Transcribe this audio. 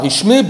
רשמי,